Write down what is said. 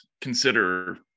consider